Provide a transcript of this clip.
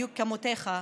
בדיוק כמותך.